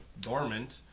Dormant